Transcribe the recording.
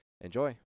Enjoy